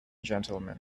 gentlemen